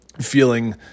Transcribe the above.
feeling